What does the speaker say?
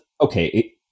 Okay